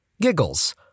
giggles